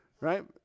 Right